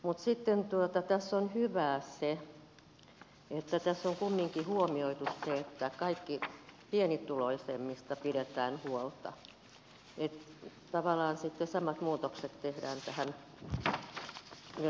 mutta sitten tässä on hyvää se että tässä on kumminkin huomioitu että kaikista pienituloisimmista pidetään huolta tavallaan sitten samat muutokset tehdään myös sosiaaliturvaan